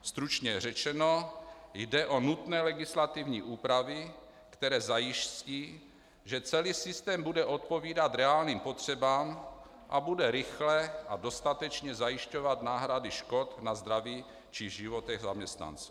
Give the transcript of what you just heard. Stručně řečeno, jde o nutné legislativní úpravy, které zajistí, že celý systém bude odpovídat reálným potřebám a bude rychle a dostatečně zajišťovat náhrady škod na zdraví či životech zaměstnanců.